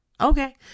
Okay